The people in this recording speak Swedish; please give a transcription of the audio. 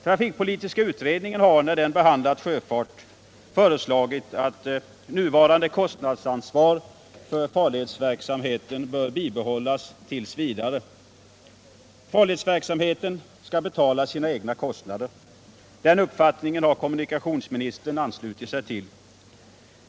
Trafikpolitiska utredningen har när den behandlat sjöfart föreslagit att nuvarande kostnadsansvar för farledsverksamheten bör bibehållas t. v. Farledsverksamheten skall betala sina egna kostnader. Den uppfattningen 187 har kommunikationsministern anslutit sig till.